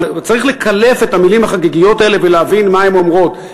אבל צריך לקלף את המילים החגיגיות האלה ולהבין מה הן אומרות,